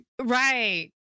right